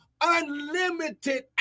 unlimited